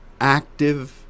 Active